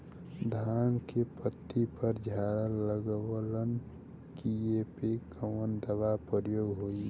धान के पत्ती पर झाला लगववलन कियेपे कवन दवा प्रयोग होई?